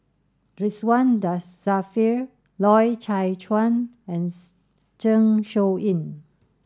Ridzwan Dzafir Loy Chye Chuan and Zeng Shouyin